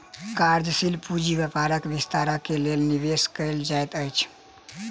कार्यशील पूंजी व्यापारक विस्तार के लेल निवेश कयल जाइत अछि